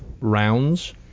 rounds